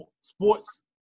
sports